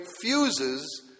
fuses